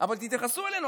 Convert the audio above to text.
אבל תתייחסו אלינו.